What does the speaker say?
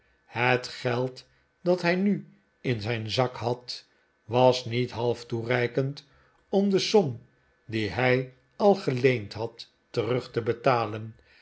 het geld dat hij nu in zijn zak had was niet half toereikend om de som die hij al geleend had terug te betalen